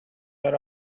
are